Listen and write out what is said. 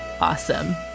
awesome